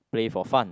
play for fun